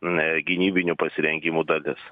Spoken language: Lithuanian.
ne gynybinių pasirengimų dalis